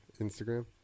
Instagram